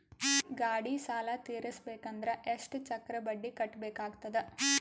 ಗಾಡಿ ಸಾಲ ತಿರಸಬೇಕಂದರ ಎಷ್ಟ ಚಕ್ರ ಬಡ್ಡಿ ಕಟ್ಟಬೇಕಾಗತದ?